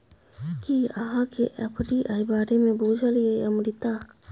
कि अहाँकेँ एफ.डी.आई बारे मे बुझल यै अमृता?